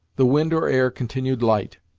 the wind or air continued light,